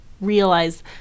realize